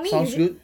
sounds good